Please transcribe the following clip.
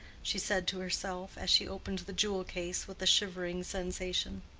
she said to herself, as she opened the jewel-case with a shivering sensation.